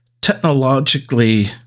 technologically